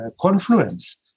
confluence